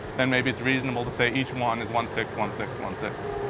then maybe it's reasonable to say each one is one six, one six, one six,